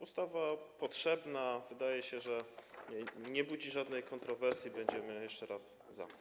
Ustawa jest potrzebna, wydaje się, że nie budzi żadnych kontrowersji, będziemy jeszcze raz za.